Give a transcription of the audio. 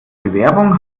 bewerbung